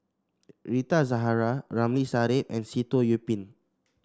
Rita Zahara Ramli Sarip and Sitoh Yih Pin